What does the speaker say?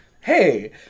hey